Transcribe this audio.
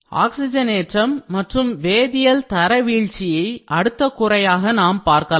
ஆக்சிஜனேற்றம் மற்றும் வேதியல் தர வீழ்ச்சியை அடுத்த குறையாக நாம் பார்க்கலாம்